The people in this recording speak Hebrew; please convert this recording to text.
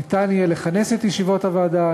ניתן יהיה לכנס את ישיבות הוועדה,